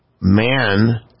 man